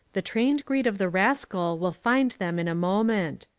the trained greed of the rascal will find them in a moment.